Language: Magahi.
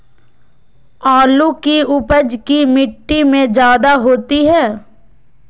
आलु की उपज की मिट्टी में जायदा होती है?